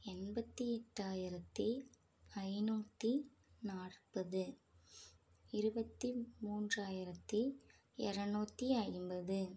எண்பத்தி எட்டாயிரத்தி ஐநூற்றி நாற்பது இருபத்தி மூன்றாயிரத்தி இரநூத்தி ஐம்பது